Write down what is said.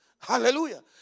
Hallelujah